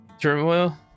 Turmoil